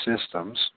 systems